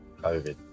COVID